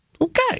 Okay